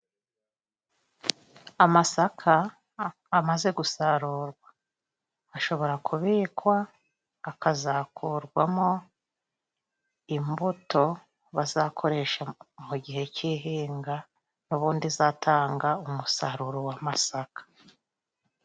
Amasaka amaze gusarurwa ashobora kubikwa akazakurwamo imbuto bazakoresha mu gihe cy'ihinga n'ubundi izatanga umusaruro w'amasaka.